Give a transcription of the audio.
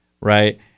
right